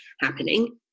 happening